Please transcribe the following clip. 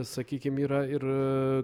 sakykim yra ir